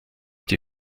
die